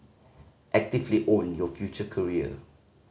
actively own your future career